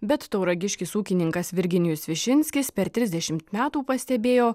bet tauragiškis ūkininkas virginijus višinskis per trisdešimt metų pastebėjo